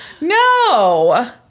No